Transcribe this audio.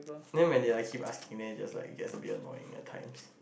then when they like keep asking then it just like gets annoying at times